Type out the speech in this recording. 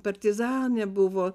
partizanė buvo